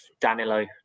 Danilo